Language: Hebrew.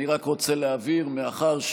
אני רק רוצה להבהיר: מאחר,